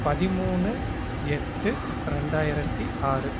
பதிமூணு எட்டு ரெண்டாயிரத்தி ஆறு